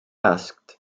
asked